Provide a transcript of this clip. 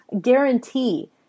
guarantee